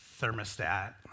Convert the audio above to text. thermostat